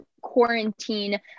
quarantine